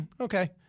okay